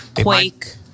Quake